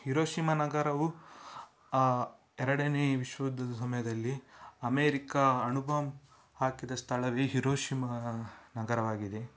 Hiroshima ನಗರವು ಎರಡನೇ ವಿಶ್ವಯುದ್ಧದ ಸಮಯದಲ್ಲಿ ಅಮೇರಿಕ ಅಣುಬಾಂಬ್ ಹಾಕಿದ ಸ್ಥಳವೇ ಹಿರೋಶಿಮಾ ನಗರವಾಗಿದೆ